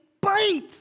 bite